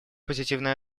позитивные